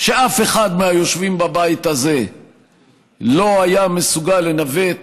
שאף אחד מהיושבים בבית הזה לא היה מסוגל לנווט